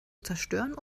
zerstören